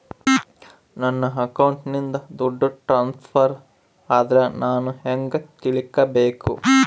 ನನ್ನ ಅಕೌಂಟಿಂದ ದುಡ್ಡು ಟ್ರಾನ್ಸ್ಫರ್ ಆದ್ರ ನಾನು ಹೆಂಗ ತಿಳಕಬೇಕು?